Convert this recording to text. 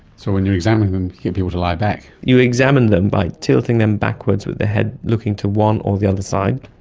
so when you examine them you get people to lie back. you examine them by tilting them backwards with the head looking to one or the other side,